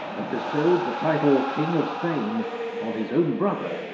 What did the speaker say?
bestowed the title king of spain on his own brother,